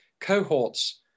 cohorts